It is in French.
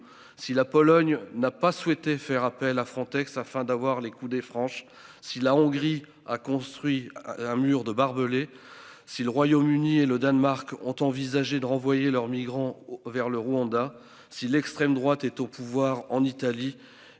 si la Pologne n'a pas souhaité faire appel à Frontex afin d'avoir les coudées franches. Si la Hongrie a construit un mur de barbelés. Si le Royaume-Uni et le Danemark ont envisagé de renvoyer leurs migrants vers le Rwanda. Si l'extrême droite est au pouvoir en Italie